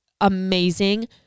amazing